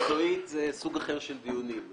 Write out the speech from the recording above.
מקצועית זה סוג אחר של דיונים.